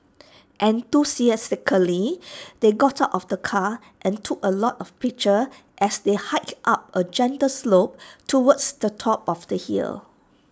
enthusiastically they got out of the car and took A lot of pictures as they hiked up A gentle slope towards the top of the hill